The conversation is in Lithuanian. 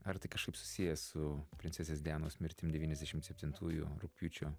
ar tai kažkaip susiję su princesės dianos mirtim devyniasdešimt septintųjų rugpjūčio